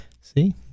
See